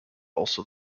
also